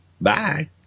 Bye